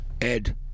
Ed